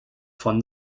von